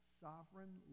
sovereign